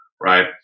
Right